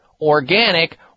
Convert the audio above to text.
Organic